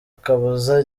kabuza